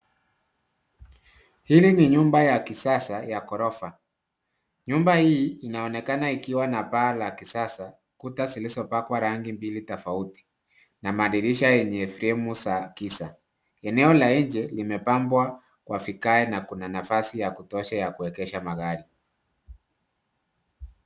Hili ni nyumba ya kisasa ya ghorofa. Nyumba hii inaonekana ikiwa na paa la kisasa kuta zilizo pakwa rangi mbili tafauti na madirisha enye fremu za giza. Eneo la nje limepambwa kwa vikae na kuna nafasi ya kutosha ya kuekesha magari.